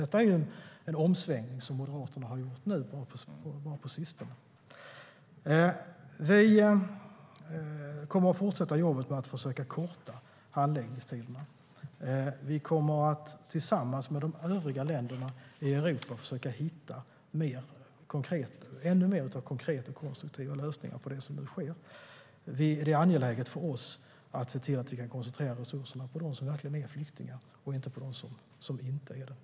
Det är alltså en omsvängning som Moderaterna gjort på sistone. Vi kommer att fortsätta jobbet med att försöka korta handläggningstiderna. Vi kommer att tillsammans med övriga länder i Europa försöka hitta ännu fler konkreta och konstruktiva lösningar till det som nu sker. Det är angeläget för oss att kunna koncentrera resurserna på dem som verkligen är flyktingar och inte på dem som inte är det.